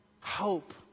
Hope